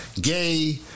gay